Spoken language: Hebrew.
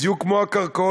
בדיוק כמו הקרקעות,